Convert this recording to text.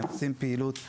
הם עושים פעילות בנקאית.